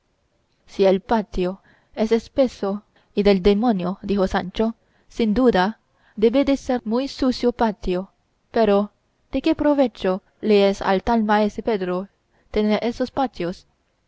si el patio es espeso y del demonio dijo sancho sin duda debe de ser muy sucio patio pero de qué provecho le es al tal maese pedro tener esos patios